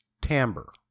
timbre